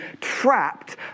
trapped